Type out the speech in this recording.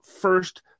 first